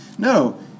No